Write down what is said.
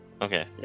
Okay